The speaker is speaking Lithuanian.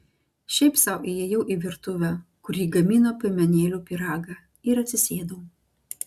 šiaip sau įėjau į virtuvę kur ji gamino piemenėlių pyragą ir atsisėdau